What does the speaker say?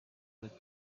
the